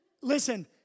Listen